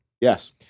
yes